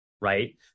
right